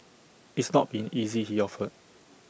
it's not been easy he offered